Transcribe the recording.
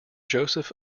joseph